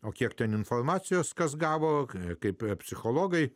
o kiek ten informacijos kas gavo kaip psichologai